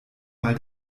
mal